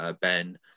Ben